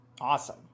Awesome